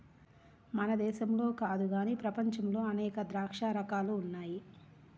మన దేశంలో కాదు గానీ ప్రపంచంలో అనేక ద్రాక్ష రకాలు ఉన్నాయి